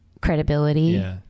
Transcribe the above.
credibility